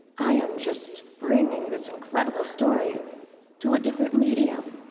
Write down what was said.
i am just bringing this incredible story to a different medium.